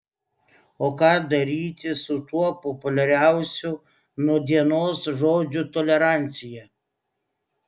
o ką daryti su tuo populiariausiu nūdienos žodžiu tolerancija